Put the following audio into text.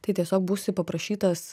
tai tiesiog būsi paprašytas